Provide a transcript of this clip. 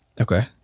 Okay